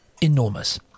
enormous